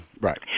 right